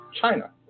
China